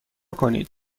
کنید